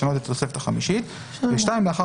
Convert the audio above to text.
לשנות את התוספת החמישית." (2)לאחר